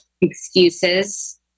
excuses